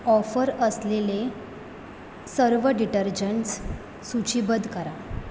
offer असलेले सर्व detergents सूचीबद्ध करा